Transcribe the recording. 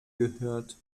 gehört